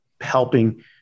helping